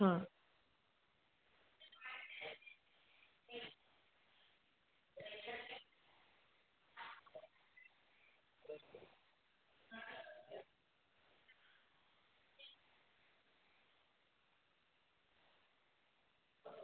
હા